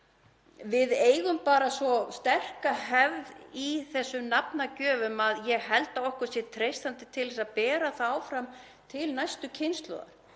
Við eigum svo sterka hefð í þessum nafnagjöfum að ég held að okkur sé treystandi til að bera hana áfram til næstu kynslóðar.